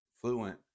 fluent